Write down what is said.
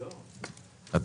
הצבעה אושר.